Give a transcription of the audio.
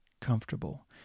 comfortable